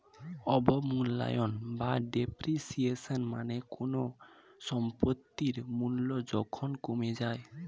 অবমূল্যায়ন বা ডেপ্রিসিয়েশন মানে কোনো সম্পত্তির মূল্য যখন কমে যায়